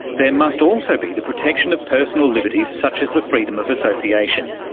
there must also be the protection of personal liberties such as the freedom of association.